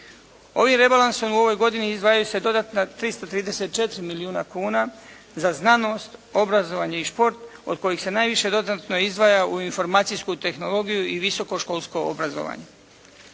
Ovim rebalansom u ovoj godini izdvajaju se dodatna 334 milijuna kuna za znanost, obrazovanje i šport od kojih se najviše dodatno izdvaja u informacijsku tehnologiju i visokoškolsko obrazovanje.